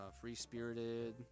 free-spirited